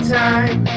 time